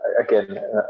again